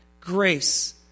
Grace